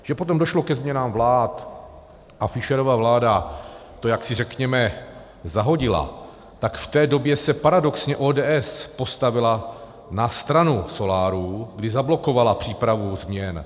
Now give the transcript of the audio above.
Že potom došlo ke změnám vlád a Fischerova vláda to jaksi, řekněme, zahodila, tak v té době se paradoxně ODS postavila na stranu solárů, kdy zablokovala přípravu změn.